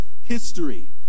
history